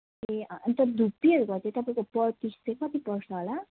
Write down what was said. ए अँ अन्त धुप्पीहरूको चाहिँ तपाईँको पर पिस चाहिँ कति पर्छ होला